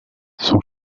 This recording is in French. son